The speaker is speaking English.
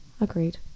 agreed